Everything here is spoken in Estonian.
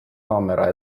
kaamera